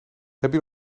jullie